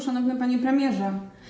Szanowny Panie Premierze!